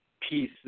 piece